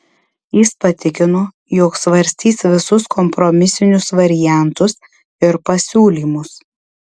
jis patikino jog svarstys visus kompromisinius variantus ir pasiūlymus